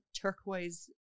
turquoise